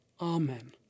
Amen